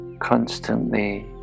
Constantly